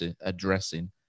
addressing